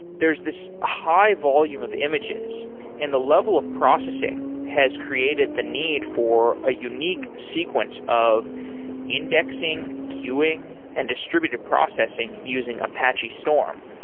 there's this high-volume of images and the level of processing has created the need for a unique sequence of indexing, indexing, queuing and distributed processing using apache storm.